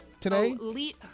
today